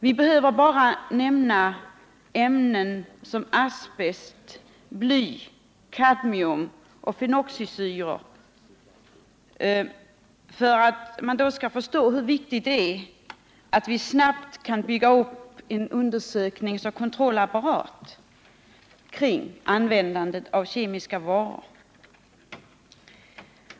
Vi behöver bara nämna ämnen som asbest, bly, kadmium och fenoxisyror för att förstå hur viktigt det är att vi snabbt bygger upp en undersökningsoch kontrollapparat för användandet av kemiska varor.